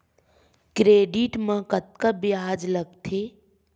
Credit मा कतका ब्याज लगथे?